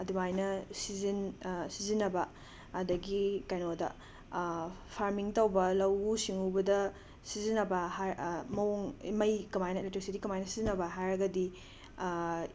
ꯑꯗꯨꯃꯥꯏꯅ ꯁꯤꯖꯤꯟ ꯁꯤꯖꯤꯟꯅꯕ ꯑꯗꯒꯤ ꯀꯩꯅꯣꯗ ꯐꯥꯔꯃꯤꯡ ꯇꯧꯕ ꯂꯧꯎ ꯁꯤꯡꯎꯕꯗ ꯁꯤꯖꯤꯟꯅꯕ ꯍꯥꯏꯔ ꯃꯑꯣꯡ ꯃꯩ ꯀꯃꯥꯏꯅ ꯏꯂꯦꯛꯇ꯭ꯔꯤꯁꯤꯇꯤ ꯀꯃꯥꯏꯅ ꯁꯤꯖꯤꯟꯅꯕ ꯍꯥꯏꯔꯒꯗꯤ